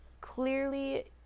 clearly